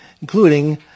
including